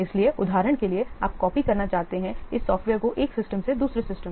इसलिए उदाहरण के लिए आप कॉपी करना चाहते हैं इस सॉफ्टवेयर को एक सिस्टम से दूसरे सिस्टम